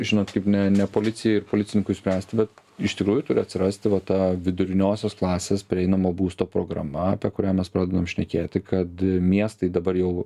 žinot kaip ne ne policijai ir policininkui spręsti bet iš tikrųjų turi atsirasti va ta viduriniosios klasės prieinamo būsto programa apie kurią mes pradedam šnekėti kad miestai dabar jau